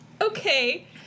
okay